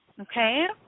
Okay